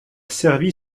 servi